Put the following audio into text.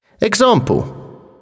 Example